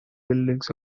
buildings